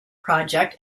project